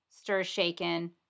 stir-shaken